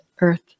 earth